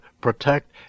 protect